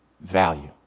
value